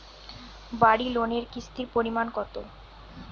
বাড়ি লোনে কিস্তির পরিমাণ কত?